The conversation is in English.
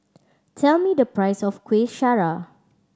tell me the price of Kueh Syara